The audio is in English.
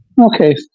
Okay